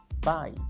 Bye